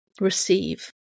receive